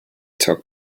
talk